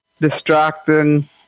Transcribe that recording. distracting